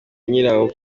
nyirawo